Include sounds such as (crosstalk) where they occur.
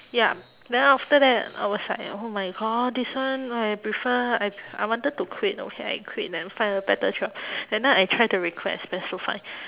ya then after that I was like oh my god this one I prefer I I wanted to quit okay I quit then find a better job (breath) then now I try to request but still five